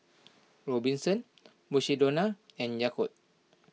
Robinsons Mukshidonna and Yakult